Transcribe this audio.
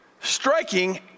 striking